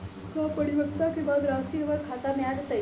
का परिपक्वता के बाद राशि हमर खाता में आ जतई?